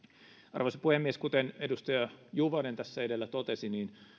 arvoisa puhemies kuten edustaja juvonen tässä edellä totesi